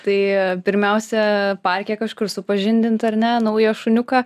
tai pirmiausia parke kažkur supažindint ar ne naują šuniuką